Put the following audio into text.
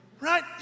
right